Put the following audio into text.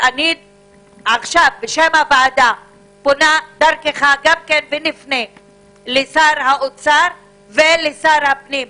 אני עכשיו בשם הוועדה פונה דרכך ונפנה לשר האוצר ולשר הפנים.